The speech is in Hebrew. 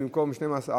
במקום 12 שקלים,